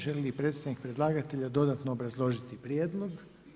Želi li predstavnik predlagatelja dodatno obrazložiti prijedlog?